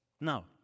Now